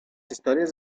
historias